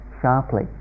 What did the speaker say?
sharply